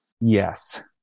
Yes